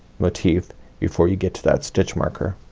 motif before you get to that stitch marker.